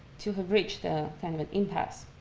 to have reached ah kind of an impasse.